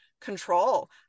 control